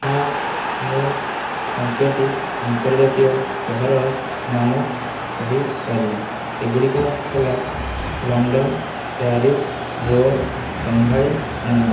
ହଁ ମୁଁ ପାଞ୍ଚଟି ଆନ୍ତର୍ଜାତୀୟ ସହରର ନାମ କହି ପାରିବି ସେଗୁଡ଼ିକ ହେଲା London Paris Rome Shanghai Mumbai